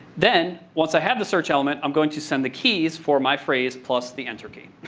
then, once i have the search element, i'm going to send the keys for my phrase, plus the answer key.